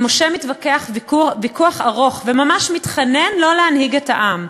ומשה מתווכח ויכוח ארוך וממש מתחנן לא להנהיג את העם.